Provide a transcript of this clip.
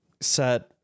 set